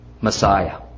Messiah